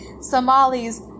Somalis